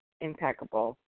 impeccable